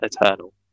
eternal